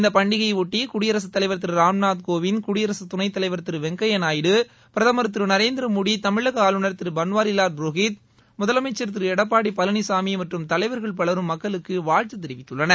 இந்த பண்டிகையையாட்டி குடியரசுத் தலைவர் திரு ராம்நாத் கோவிந்த் குடியரசு துணைத்தலைவர் திரு வெங்கையா நாயுடு பிரதம் திரு நரேந்திரமோடி தமிழக ஆளுநர் திரு பன்வாரிலால் புரோஹித் முதலமைச்சர் திரு எடப்பாடி பழனிசாமி மற்றும் தலைவர்கள் பலரும் மக்களுக்கு வாழ்த்து தெரிவித்துள்ளனர்